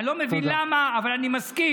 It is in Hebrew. אני לא מבין למה, אבל אני מסכים.